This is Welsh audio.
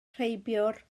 rheibiwr